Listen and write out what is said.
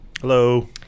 Hello